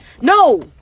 No